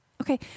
Okay